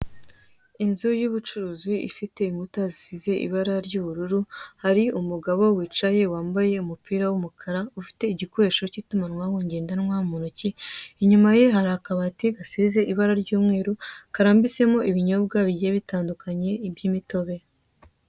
Inzu y'ubucuruzi ifite inkuta zisize ibara ry'ubururu hari umugabo wicaye wambaye umupira w'umukara ufite igikoresho k'itumanaho ngendanwa mu ntoki, inyuma ye hari akabati gasize ibara ry'umweru karambitsemo ibinyobwa bigiye bitandukanye iby'imitobe.